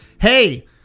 Hey